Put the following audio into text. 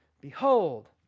Behold